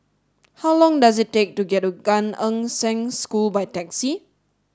how long does it take to get to Gan Eng Seng School by taxi